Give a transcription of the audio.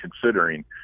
considering